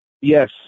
Yes